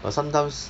but sometimes